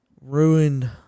ruined